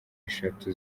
eshatu